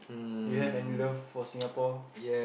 do you have any love for Singapore